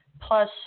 plus